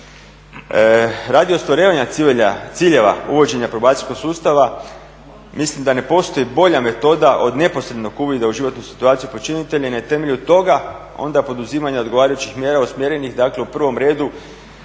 Radi ostvarivanja ciljeva uvođenja probacijskog sustava mislim da ne postoji bolja metoda od neposrednog uvida u životnu situaciju počinitelja i na temelju toga onda poduzimanja odgovarajućih mjera usmjerenih, dakle u prvom redu